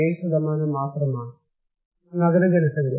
7 മാത്രമാണ് നഗര ജനസംഖ്യ